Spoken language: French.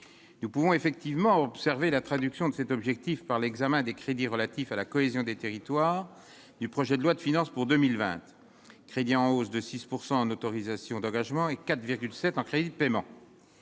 nous pouvons effectivement observé la traduction de cet objectif par l'examen des crédits relatifs à la cohésion des territoires du projet de loi de finances pour 2020 crédits en hausse de 6 pourcent en autorisations d'engagement et 4,7 en crédits de paiement